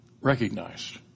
recognized